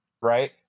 right